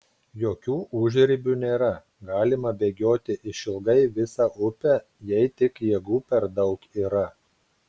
jokių užribių nėra galima bėgioti išilgai visą upę jei tik jėgų per daug yra